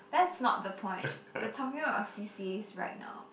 that's not the point we're talking about c_c_as right now